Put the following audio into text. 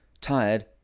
tired